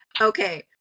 okay